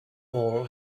all